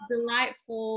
Delightful